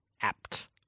Apt